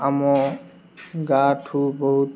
ଆମ ଗାଁଠୁ ବହୁତ